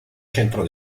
centro